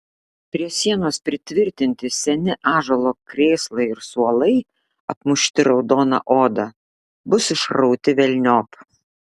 prie sienos pritvirtinti seni ąžuolo krėslai ir suolai apmušti raudona oda bus išrauti velniop